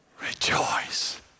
rejoice